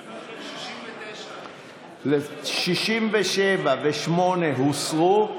69. 67 ו-68 הוסרו.